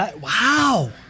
Wow